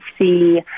see